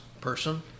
person